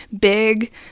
Big